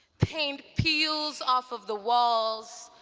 paint peels off of the walls,